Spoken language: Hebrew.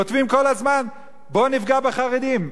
כותבים כל הזמן, בוא נפגע בחרדים.